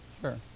Sure